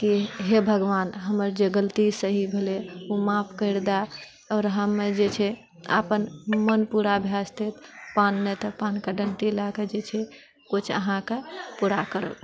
कि हे भगवान हमर जे गलती सही भेलै ओ माफ करि दए आओर हम जे छै अपन मन पूरा भए जेतै तऽ पान नहि तऽ पान कऽ डाँटी लए कऽ जे छै किछु अहाँकेँ पूरा करब